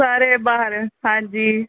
ਸਾਰੇ ਬਾਹਰ ਹਾਂਜੀ